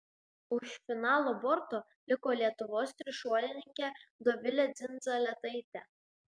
už finalo borto liko lietuvos trišuolininkė dovilė dzindzaletaitė